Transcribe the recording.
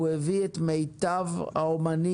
הוא הביא את מיטב האמנים,